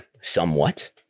somewhat